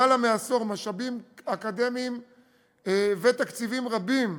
למעלה מעשור, משאבים אקדמיים ותקציבים רבים,